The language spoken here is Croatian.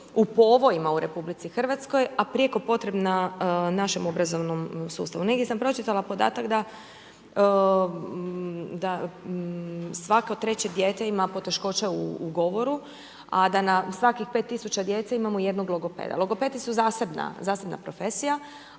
u povojima u RH, a prijeko potrebna našem obrazovnom sustavu. Negdje sam pročitala podatak da svako treće dijete ima poteškoće u govoru, a da na svakih 5 tisuća djece imamo jednog logopeda. Logopedi su zasebna profesija,